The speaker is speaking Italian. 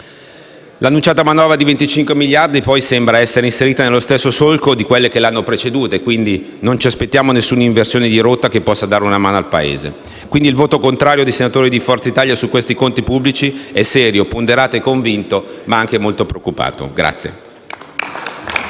L'annunciata manovra di 25 miliardi sembra essere inserita nello stesso solco di quelle che l'hanno preceduta, quindi non ci aspettiamo alcuna inversione di rotta che possa dare una mano al Paese. Il voto contrario dei senatori del Gruppo Forza Italia su questi conti pubblici è quindi serio, ponderato e convinto ma anche molto preoccupato.